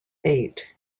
eight